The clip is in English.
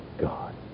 God